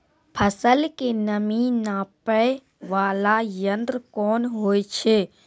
फसल के नमी नापैय वाला यंत्र कोन होय छै